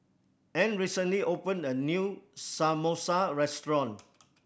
Ann recently opened a new Samosa restaurant